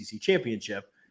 championship